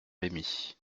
rémy